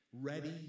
Ready